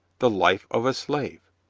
the life of a slave.